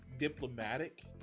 diplomatic